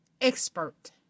expert